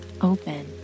open